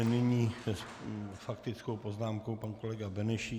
Nyní s faktickou poznámkou pan kolega Benešík.